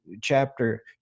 chapter